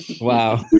wow